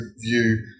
view